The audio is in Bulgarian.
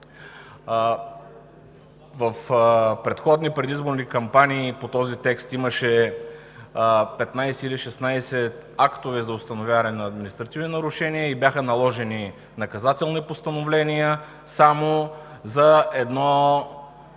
В предходни предизборни кампании по този текст имаше 15 или 16 актове за установяване на административни нарушения и бяха наложени наказателни постановления само за едно